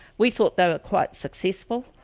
we thought they were quite successful.